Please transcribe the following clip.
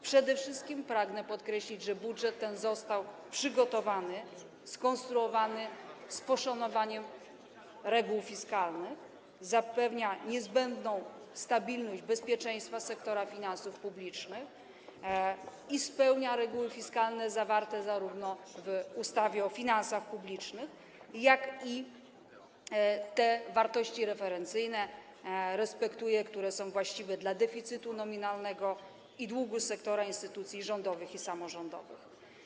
Przede wszystkim pragnę podkreślić, że budżet został przygotowany, skonstruowany z poszanowaniem reguł fiskalnych, zapewnia niezbędną stabilność bezpieczeństwa sektora finansów publicznych i zarówno spełnia reguły fiskalne zawarte w ustawie o finansach publicznych, jak i respektuje te wartości referencyjne, które są właściwe dla deficytu nominalnego i długu sektora instytucji rządowych i samorządowych.